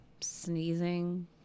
Sneezing